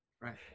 Right